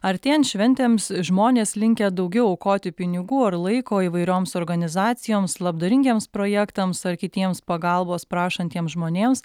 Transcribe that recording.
artėjant šventėms žmonės linkę daugiau aukoti pinigų ar laiko įvairioms organizacijoms labdaringiems projektams ar kitiems pagalbos prašantiems žmonėms